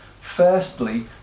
Firstly